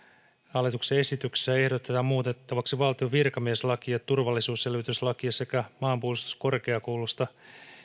hallituksen esityksessä ehdotetaan muutettavaksi valtion virkamieslakia turvallisuusselvityslakia sekä maanpuolustuskorkeakoulusta